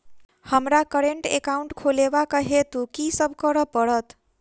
हमरा current account खोलेवाक हेतु की सब करऽ पड़त?